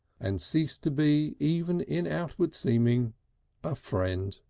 and ceased to be even in outward seeming a friend